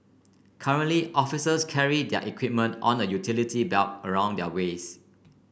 currently officers carry their their equipment on a utility belt around their waists